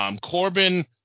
Corbin